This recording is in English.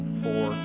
four